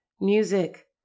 Music